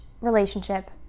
relationship